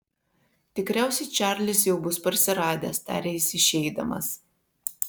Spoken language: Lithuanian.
tikriausiai čarlis jau bus parsiradęs tarė jis išeidamas